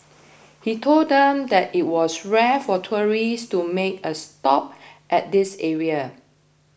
he told them that it was rare for tourists to make a stop at this area